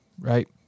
right